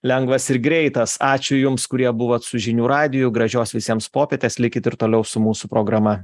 lengvas ir greitas ačiū jums kurie buvot su žinių radiju gražios visiems popietės likit ir toliau su mūsų programa